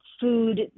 food